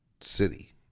city